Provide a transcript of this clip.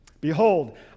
Behold